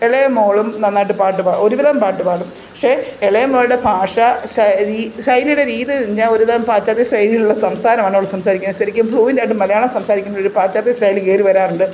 ഇളയ മോളും നന്നായിട്ട് പാട്ട് പാ ഒരുവിധം പാട്ട് പാടും പക്ഷേ ഇളയ മോളുടെ ഭാഷ ശരീ ശൈലിയുടെ രീതി ഞാ ഒരുവിധം പാശ്ചാത്യ ശൈലിയിലുള്ള സംസാരമാണ് അവൾ സംസാരിക്കുന്നത് ശരിക്കും ഫ്ലൂവെൻറ് ആയിട്ട് മലയാളം സംസാരിക്കുമ്പോളും പാശ്ചാത്യശൈലി കയറി വരാറുണ്ട്